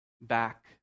back